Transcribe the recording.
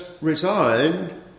resigned